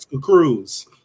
Cruz